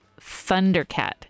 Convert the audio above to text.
Thundercat